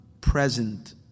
present